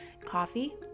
coffee